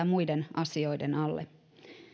muiden asioiden alle